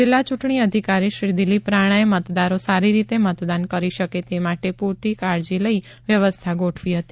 જિલ્લા ચૂંટણી અધિકારી શ્રી દિલીપ રાણા એ મતદારો સારી રીતે મતદાન કરી શકે તે માટે પૂરતી કાળજી લઈ વ્યવસ્થા ગોઠવી હતી